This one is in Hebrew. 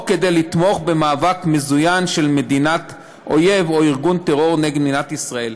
או כדי לתמוך במאבק מזוין של מדינת אויב או ארגון טרור נגד מדינת ישראל.